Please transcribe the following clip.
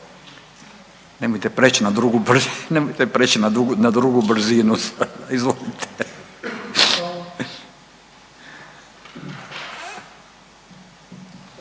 Nemojte prijeći na drugu brzinu!